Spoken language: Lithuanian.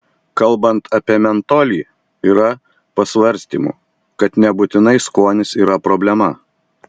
kalbant apie mentolį yra pasvarstymų kad nebūtinai skonis yra problema